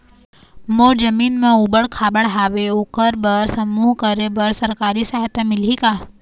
मोर जमीन म ऊबड़ खाबड़ हावे ओकर बर समूह करे बर सरकारी सहायता मिलही का?